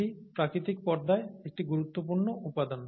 এটি প্রাকৃতিক পর্দার একটি গুরুত্বপূর্ণ উপাদান